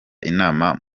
inama